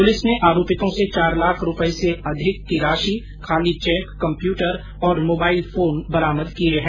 police ने आरोपितों से चार लाख से अधिक रूपए खाली चैक कम्प्यूटर और मोबाइल फोन बरामद किए हैं